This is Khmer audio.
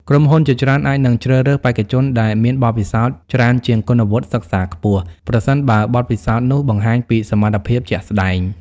ក្រុមហ៊ុនជាច្រើនអាចនឹងជ្រើសរើសបេក្ខជនដែលមានបទពិសោធន៍ច្រើនជាងគុណវុឌ្ឍិសិក្សាខ្ពស់ ប្រសិនបើបទពិសោធន៍នោះបង្ហាញពីសមត្ថភាពជាក់ស្តែង។